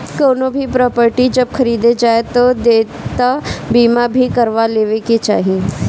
कवनो भी प्रापर्टी जब खरीदे जाए तअ देयता बीमा भी करवा लेवे के चाही